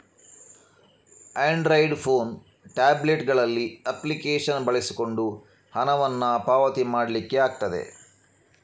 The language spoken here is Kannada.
ಆಂಡ್ರಾಯ್ಡ್ ಫೋನು, ಟ್ಯಾಬ್ಲೆಟ್ ಗಳಲ್ಲಿ ಅಪ್ಲಿಕೇಶನ್ ಬಳಸಿಕೊಂಡು ಹಣವನ್ನ ಪಾವತಿ ಮಾಡ್ಲಿಕ್ಕೆ ಆಗ್ತದೆ